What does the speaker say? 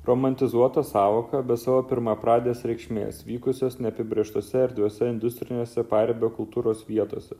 romantizuota sąvoka be savo pirmapradės reikšmės vykusios neapibrėžtose erdvėse industriniuose paribio kultūros vietose